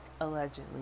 allegedly